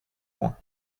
points